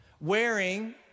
wearing